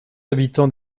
habitans